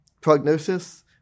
prognosis